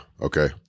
Okay